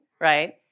right